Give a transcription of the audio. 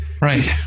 Right